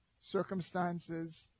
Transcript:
circumstances